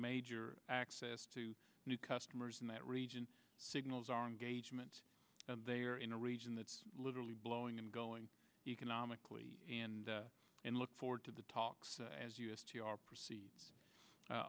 major access to new customers in that region signals our engagement and they are in a region that's literally blowing and going economically and and look forward to the talks as u s t r proceeds